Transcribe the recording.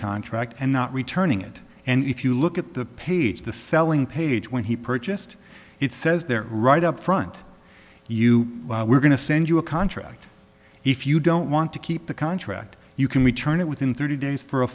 contract and not returning it and if you look at the page the selling page when he purchased it says they're right up front you were going to send you a contract if you don't want to keep the contract you can return it within thirty days for a